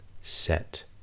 set